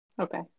Okay